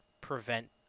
prevent